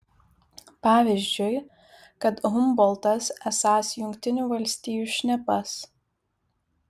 pavyzdžiui kad humboltas esąs jungtinių valstijų šnipas